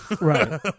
Right